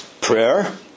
prayer